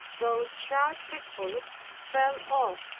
those sharp prickles fell off,